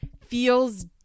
feels